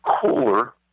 cooler